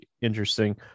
interesting